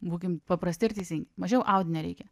būkim paprasti ir teisingi mažiau audinio reikia